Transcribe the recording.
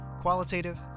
Qualitative